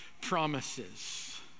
promises